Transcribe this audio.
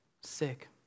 sick